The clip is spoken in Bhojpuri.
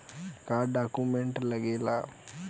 का डॉक्यूमेंट लागेला?